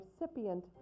recipient